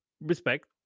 respect